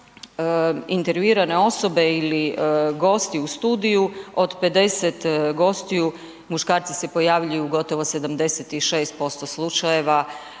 intervjuirane osobe ili gosti u studiju od 50 gostiju muškarci se pojavljuju u gotovo 76% slučajeva